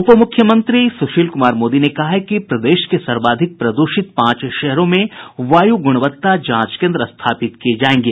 उप मुख्यमंत्री सूशील कुमार मोदी ने कहा है कि प्रदेश के सर्वाधिक प्रदूषित पांच शहरों में वायु गुणवत्ता जांच केंद्र स्थापित किये जायेंगे